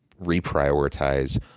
Reprioritize